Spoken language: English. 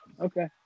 okay